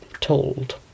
told